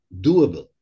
doable